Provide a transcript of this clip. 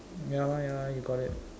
ya lah ya lah you got it